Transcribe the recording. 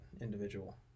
individual